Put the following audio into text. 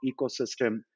ecosystem